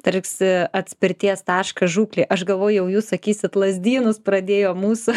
tarsi atspirties taškas žūklei aš galvojau jūs sakysit lazdynus pradėjo mūsų